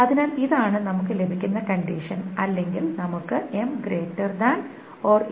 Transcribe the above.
അതിനാൽ ഇതാണ് നമുക്ക് ലഭിക്കുന്ന കണ്ടിഷൻ അല്ലെങ്കിൽ നമുക്ക് എന്ന് എഴുതാം